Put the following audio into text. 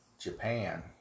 Japan